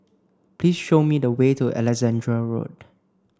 please show me the way to Alexandra Road